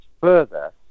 further